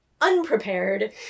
unprepared